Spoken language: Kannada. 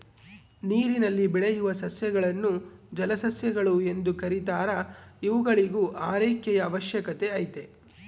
ನೀರಿನಲ್ಲಿ ಬೆಳೆಯುವ ಸಸ್ಯಗಳನ್ನು ಜಲಸಸ್ಯಗಳು ಎಂದು ಕೆರೀತಾರ ಇವುಗಳಿಗೂ ಆರೈಕೆಯ ಅವಶ್ಯಕತೆ ಐತೆ